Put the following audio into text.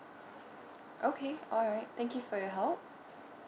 okay alright thank you for your help